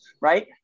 right